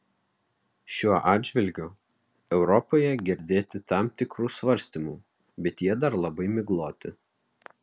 šiuo atžvilgiu europoje girdėti tam tikrų svarstymų bet jie dar labai migloti